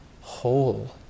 whole